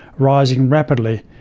rising rapidly.